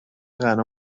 غنا